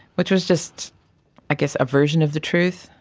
which was just i guess a version of the truth,